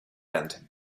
end